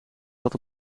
zat